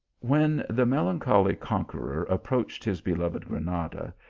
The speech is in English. when the melancholy conqueror approached his beloved granada,